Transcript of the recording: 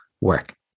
work